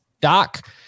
DOC